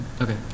Okay